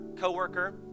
coworker